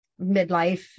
midlife